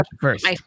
first